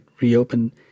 reopen